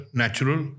natural